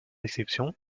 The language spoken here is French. exception